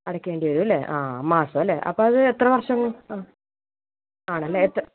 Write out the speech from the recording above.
അടയ്ക്കേണ്ടി വരും അല്ലേ ആ മാസം അല്ലേ അപ്പം അത് എത്ര വർഷം ആ ആണല്ലേ എത്ര